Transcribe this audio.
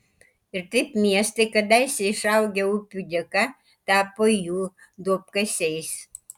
ir taip miestai kadaise išaugę upių dėka tapo jų duobkasiais